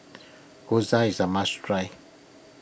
Gyoza is a must try